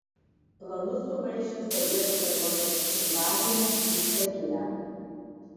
planus sumaišė sovietų kariuomenės invazija į čekiją